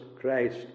Christ